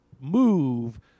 move